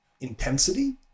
intensity